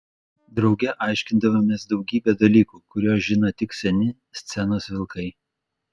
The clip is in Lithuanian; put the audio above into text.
drauge aiškindavomės daugybę dalykų kuriuos žino tik seni scenos vilkai